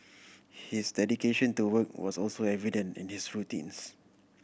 his dedication to work was also evident in his routines